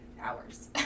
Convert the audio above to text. hours